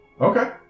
Okay